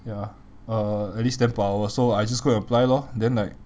ya uh at least ten per hour so I just go and apply lor then like